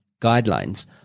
guidelines